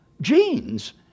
genes